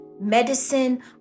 medicine